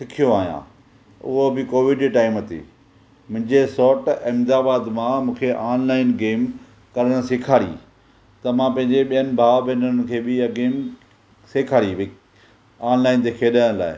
सिखियो आहियां उहो बि कोविड जे टाइम ते मुंहिंजे सोटु अहमदाबाद मां मूंखे ऑनलाइन गेम करणु सेखारी त मां पंहिंजे ॿियनि भाउ भेनरुनि खे बि इहा गेम सेखारी हुई ऑनलाइन ते खेॾण लाइ